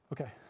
Okay